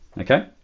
okay